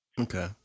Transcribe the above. Okay